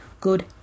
good